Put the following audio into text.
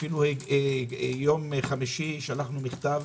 אפילו ביום חמישי שלחנו מכתב